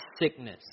sickness